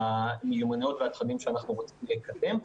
והמיומנויות והתכנים שאנחנו רוצים לקדם.